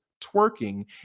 twerking